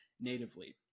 natively